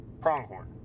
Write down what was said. pronghorn